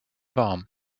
warm